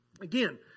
Again